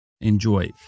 Enjoy